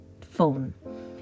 phone